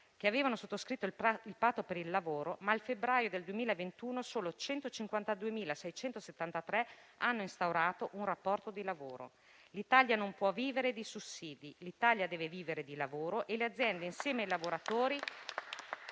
che avevano sottoscritto il patto per il lavoro; ma a febbraio 2021 solo 152.673 avevano instaurato un rapporto di lavoro. L'Italia non può vivere di sussidi; l'Italia deve vivere di lavoro e le aziende, insieme ai lavoratori,